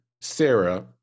Sarah